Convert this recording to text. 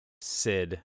sid